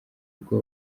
ubwo